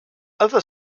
other